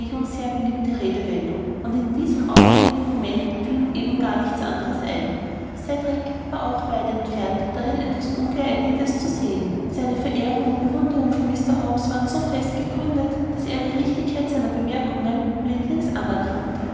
sehr beliebte redewendung und in diesem aufregenden moment fiel ihm eben gar nichts andres ein cedrik war auch weit entfernt darin etwas ungeeignetes zu sehen seine verehrung und bewunderung für mr hobbs waren so fest gegründet daß er die richtigkeit seiner bemerkungen blindlings anerkannte